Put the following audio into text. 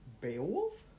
Beowulf